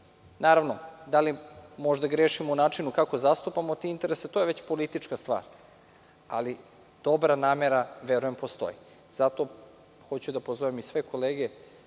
Naravno, da li možda grešimo u načinu kako zastupamo te interese, to je već politička stvar, ali dobra namera, verujem, postoji. Zato hoću da pozovem sve kolege